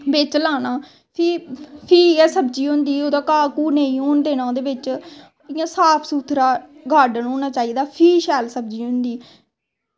बिच्च लाना फ्ही गै सब्जी होंदी ओह्दा घा घू नेंई होन देना ओह्दे बिच्च इयां साफ सुथरा गार्डन होना चाही दा फ्ही शैल सब्जी होई जंदी